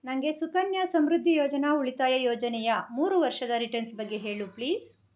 ನನಗೆ ಸುಕನ್ಯಾ ಸಮೃದ್ಧಿ ಯೋಜನಾ ಉಳಿತಾಯ ಯೋಜನೆಯ ಮೂರು ವರ್ಷದ ರಿಟರ್ನ್ಸ್ ಬಗ್ಗೆ ಹೇಳು ಪ್ಲೀಸ್